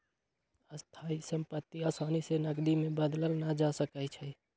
स्थाइ सम्पति असानी से नकदी में बदलल न जा सकइ छै